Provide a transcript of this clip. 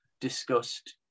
discussed